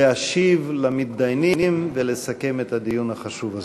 להשיב למתדיינים ולסכם את הדיון החשוב הזה.